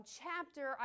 chapter